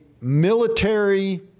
military